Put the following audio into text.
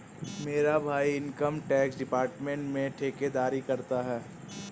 मेरा भाई income tax department में ठेकेदारी करता है